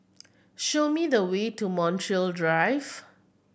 show me the way to Montreal Drive